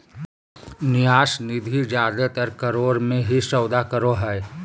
न्यास निधि जादेतर करोड़ मे ही सौदा करो हय